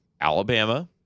Alabama